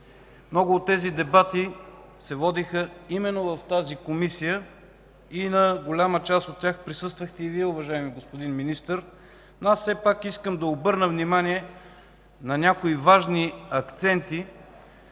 Много от тези дебати се водиха именно в тази Комисия и на голяма част от тях присъствахте и Вие, уважаеми господин Министър, но все пак искам да обърна внимание на някои важни акценти,